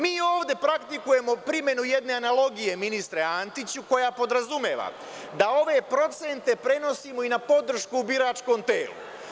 Mi ovde praktikujemo primenu jedne analogije ministre Antiću, koja podrazumeva da ove procente prenosimo i na podršku biračkog tela.